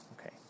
Okay